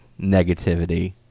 negativity